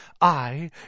I